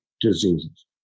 diseases